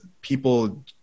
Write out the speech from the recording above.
people